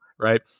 Right